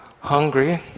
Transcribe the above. hungry